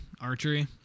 archery